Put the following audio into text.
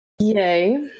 Yay